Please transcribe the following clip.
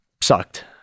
sucked